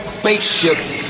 spaceships